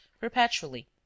perpetually